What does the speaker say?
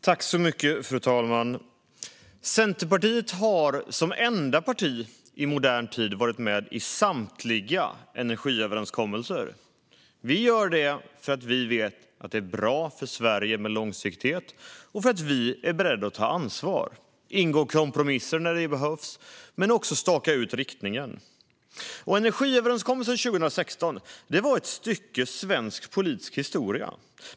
Fru talman! Centerpartiet har som enda parti varit med i samtliga energiöverenskommelser. Vi gör det för att vi vet att det är bra för Sverige med långsiktighet och för att vi är beredda att ansvar - ingå kompromisser när det behövs men också staka ut riktningen. Energiöverenskommelsen 2016 var ett stycke svensk politisk historia.